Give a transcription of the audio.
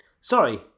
Sorry